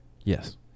Yes